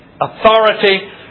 authority